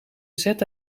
zette